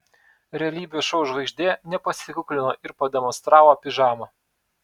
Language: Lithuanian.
realybės šou žvaigždė nepasikuklino ir pademonstravo pižamą